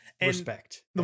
respect